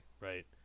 right